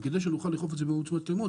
וכדי שנוכל לאכוף את זה באמצעות מצלמות,